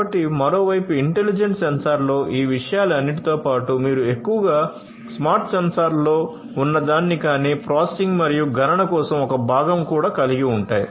కాబట్టి మరోవైపు ఇంటెలిజెంట్ సెన్సార్లో ఈ విషయాలన్నిటితో పాటు మీరు ఎక్కువగా స్మార్ట్ సెన్సార్లలో ఉన్నదానిని కానీ ప్రాసెసింగ్ మరియు గణన కోసం ఒక భాగం కూడా కలిగి ఉంటారు